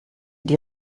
die